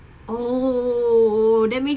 oh let me